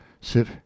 sit